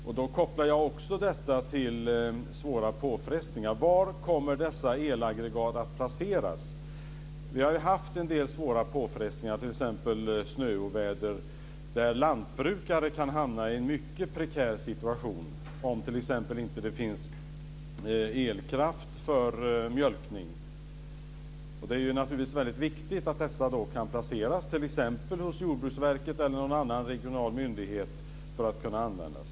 Jag kopplar också detta till svåra påfrestningar. Var kommer dessa elaggregat att placeras? Vi har haft en del svåra påfrestningar, t.ex. snöoväder, där lantbrukare kan hamna i en mycket prekär situation om det inte finns elkraft för mjölkning. Det är naturligtvis väldigt viktigt att dessa kan placeras hos Jordbruksverket eller någon annan regional myndighet för att kunna användas.